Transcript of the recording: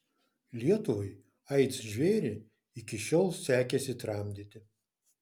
lietuvai aids žvėrį iki šiol sekėsi tramdyti